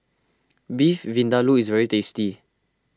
Beef Vindaloo is very tasty